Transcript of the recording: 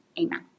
amen